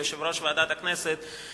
יושב-ראש ועדת הכנסת,